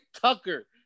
Tucker